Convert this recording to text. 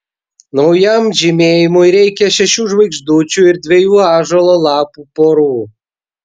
naujam žymėjimui reikia šešių žvaigždučių ir dviejų ąžuolo lapų porų